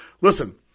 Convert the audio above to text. Listen